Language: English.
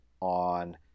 on